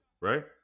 right